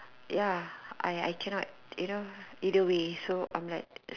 ya I I can not you know either way so I'm like